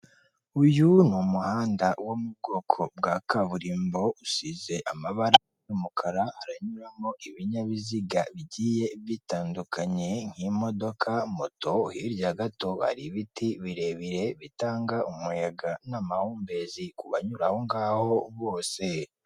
Uyu ni umuhanda wo mu bwoko bwa kaburimbo usize amabara y'umukara haranyuramo ibinyabiziga bigiye bitandukanye nk'imodoka, moto, hirya gato hari ibiti birebire bitanga umuyaga n'amahumbezi ku banyura aho ngaho bose.